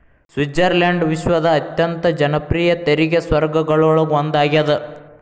Switzerland ವಿಶ್ವದ ಅತ್ಯಂತ ಜನಪ್ರಿಯ ತೆರಿಗೆ ಸ್ವರ್ಗಗಳೊಳಗ ಒಂದಾಗ್ಯದ